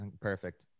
perfect